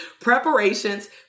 preparations